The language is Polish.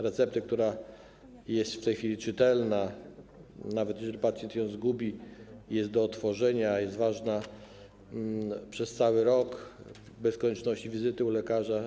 Receptę, która jest w tej chwili czytelna, nawet jeżeli pacjent ją zgubi, jest do odtworzenia, jest ważna przez cały rok bez konieczności wizyty u lekarza.